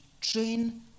train